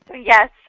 Yes